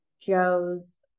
Joe's